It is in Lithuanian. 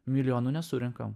milijonų nesurenkam